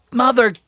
mother